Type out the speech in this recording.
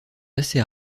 assez